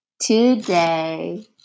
Today